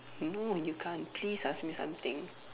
no you can't please ask me something